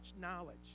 knowledge